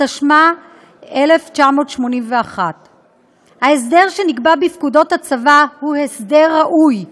התשמ"א 1981. ההסדר שנקבע בפקודות הצבא הוא הסדר ראוי,